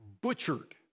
Butchered